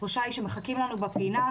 התחושה היא שמחכים לנו בפינה,